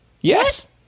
Yes